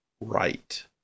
right